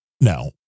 No